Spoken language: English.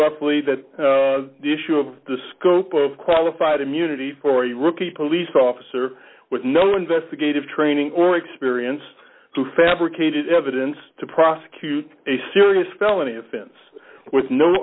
roughly that the issue of the scope of qualified immunity for a rookie police officer with no investigative training or experience to fabricated evidence to prosecute a serious felony offense with no